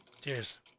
Cheers